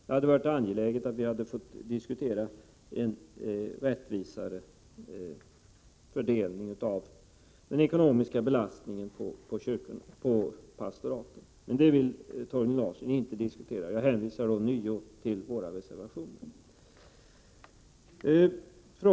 Det hade varit angeläget att få diskutera en rättvisare fördelning av den ekonomiska belastningen på pastoraten. Men det vill Torgny Larsson inte diskutera. Jag hänvisar ånyo till våra reservationer.